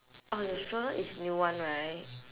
orh your stroller is new one right